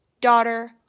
daughter